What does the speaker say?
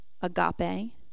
agape